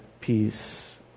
peace